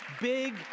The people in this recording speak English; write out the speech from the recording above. Big